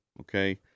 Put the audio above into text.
okay